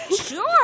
sure